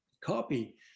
copy